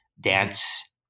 dance